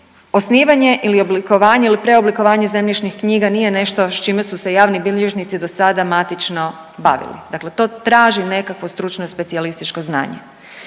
oblikovanje ili preoblikovanje zemljišnih knjiga nije nešto s čime su se javni bilježnici do sada matično bavili. Dakle, to traži nekakvo stručno, specijalističko znanje.